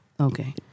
Okay